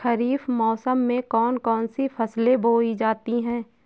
खरीफ मौसम में कौन कौन सी फसलें बोई जाती हैं?